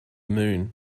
moon